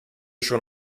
schon